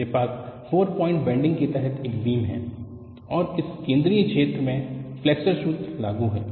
मेरे पास 4 point bending के तहत एक बीम है और इस केंद्रीय क्षेत्र में फ्लेक्सर सूत्र लागू है